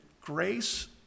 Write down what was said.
grace